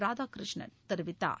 ராதாகிருஷ்ணன் தெரிவித்தார்